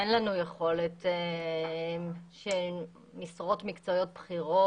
אין לנו יכולת ש משרות מקצועיות בכירות